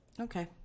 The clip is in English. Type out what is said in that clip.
okay